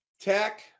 tech